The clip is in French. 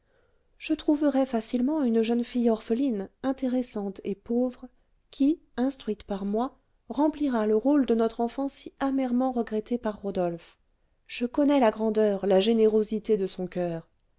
je trouverai facilement une jeune fille orpheline intéressante et pauvre qui instruite par moi remplira le rôle de notre enfant si amèrement regrettée par rodolphe je connais la grandeur la générosité de son coeur